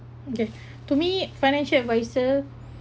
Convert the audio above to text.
okay to me financial adviser